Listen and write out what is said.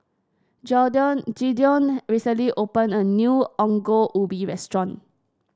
Gideon recently opened a new Ongol Ubi restaurant